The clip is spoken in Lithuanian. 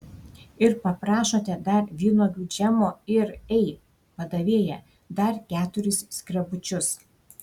ir paprašote dar vynuogių džemo ir ei padavėja dar keturis skrebučius